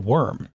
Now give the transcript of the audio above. Worm